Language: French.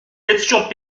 étions